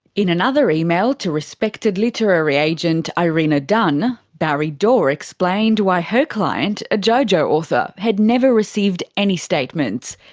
in another email to respected literary agent, irina dunn, barry dorr explained why her client, a jojo author, had never received any statements.